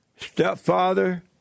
stepfather